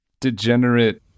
degenerate